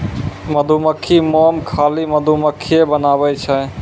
मधुमक्खी मोम खाली मधुमक्खिए बनाबै छै